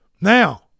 Now –